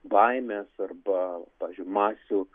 baimės arba pavyzdžiui masių